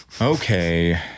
Okay